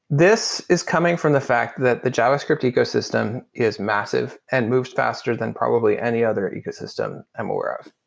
this is coming from the fact that the javascript ecosystem is massive and moves faster than probably any other ecosystem i'm aware of.